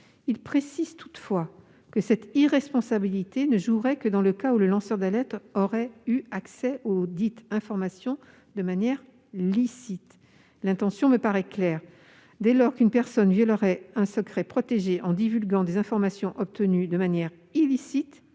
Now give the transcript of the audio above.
il précise toutefois que cette irresponsabilité ne jouerait que dans le cas où le lanceur d'alerte aurait eu accès auxdites informations de manière licite. L'intention me paraît claire : dès lors qu'une personne violerait un secret protégé en divulguant des informations obtenues de manière illicite,